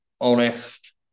honest